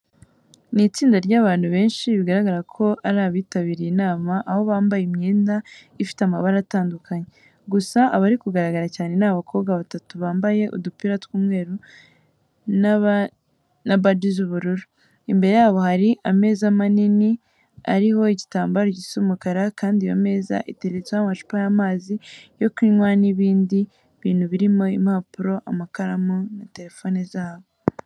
Ni istinda ry'abantu benshi bigaragara ko bari bitabiriye inama, aho bambaye imyenda ifite amabara atandukanye. Gusa abari kugaragara cyane ni abakobwa batatu bambaye udupira tw'umweru na baji z'ubururu. Imbere yabo hari imeza nini iriho igitambaro gisa umukara kandi iyo meza iteretseho amacupa y'amazi yo kunywa n'ibindi bintu birimo impapuro, amakaramu na telefone zabo.